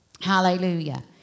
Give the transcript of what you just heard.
Hallelujah